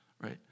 Right